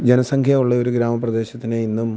ജനസംഖ്യ ഉള്ള ഒരു ഗ്രാമപ്രദേശത്തിനെ ഇന്നും